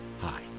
Hi